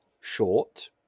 short